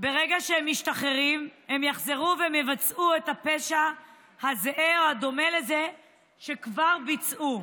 שברגע שהם משתחררים הם יחזרו ויבצעו פשע זהה או דומה לזה שכבר ביצעו.